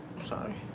sorry